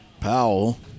Powell